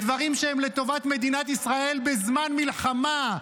בדברים שהם לטובת מדינת ישראל בזמן מלחמה,